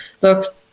look